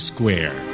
Square